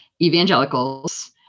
evangelicals